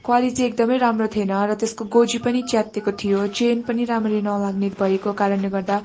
quality एकदमै राम्रो थिएन र त्यसको गोजी पनि च्यात्तिएको थियो चेन पनि राम्ररी नलाग्ने भएको कारणले गर्दा